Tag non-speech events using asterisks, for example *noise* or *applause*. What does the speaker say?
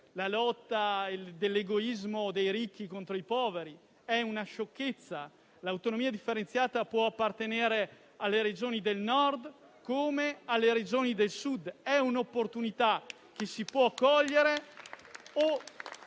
la lotta dell'egoismo dei ricchi contro i poveri: è una sciocchezza. L'autonomia differenziata può appartenere alle Regioni del Nord come alle Regioni del Sud. *applause* È un'opportunità che si può cogliere